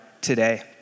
today